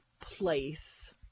place